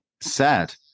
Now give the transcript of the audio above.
Sad